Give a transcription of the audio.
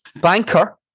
Banker